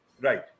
Right